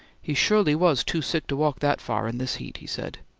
he surely was too sick to walk that far in this heat, he said.